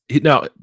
Now